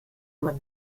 man